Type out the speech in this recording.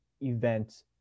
event